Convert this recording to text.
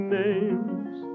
names